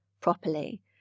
properly